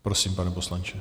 Prosím, pane poslanče.